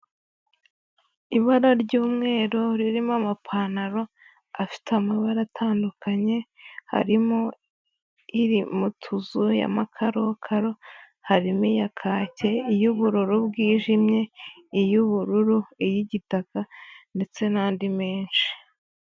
Ibara ry'umweru ririmo amapantaro afite amabara atandukanye, harimo iri mu tuzu y'amakarokaro, harimo iya kacye, iy'ubururu bwijimye, iy'ubururu, iy'igitaka ndetse n'andi menshi.